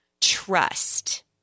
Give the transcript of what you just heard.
Trust